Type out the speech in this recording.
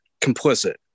complicit